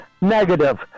negative